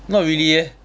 not really eh